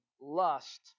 lust